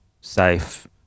safe